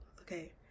okay